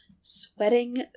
sweating